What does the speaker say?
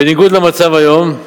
בניגוד למצב היום.